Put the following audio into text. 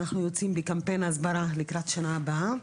אנחנו יוצאים בקמפיין הסברה לקראת שנה הבאה.